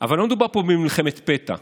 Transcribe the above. אבל לא מדובר פה במלחמת פתע,